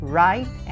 right